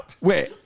Wait